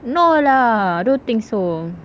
no lah don't think so